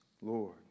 Lord